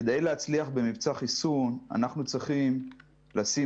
כדי להצליח במבצע חיסון אנחנו צריכים לשים